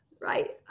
right